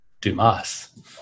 Dumas